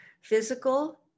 physical